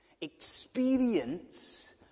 experience